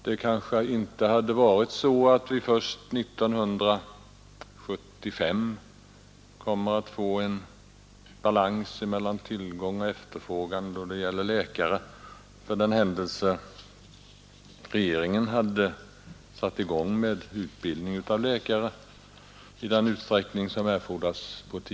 Det kanske inte hade varit så att vi först år 1975 kommer att få en balans mellan tillgång och efterfrågan på läkare, för den händelse regeringen på ett tidigare stadium hade satt i gång med utbildning av läkare i den utsträckning som erfordras.